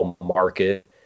market